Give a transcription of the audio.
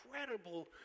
incredible